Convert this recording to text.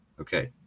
okay